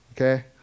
okay